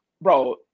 bro